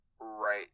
right